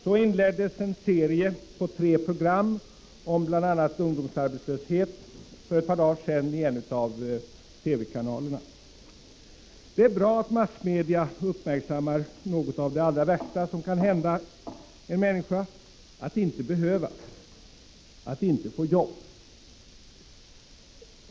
Så inleddes en serie på tre program för ett par dagar sedan om bl.a. ungdomsarbetslöshet i en av TV-kanalerna. Det är bra att massmedia uppmärksammar något av det allra värsta som kan hända en människa — att inte behövas, att inte få jobb.